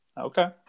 Okay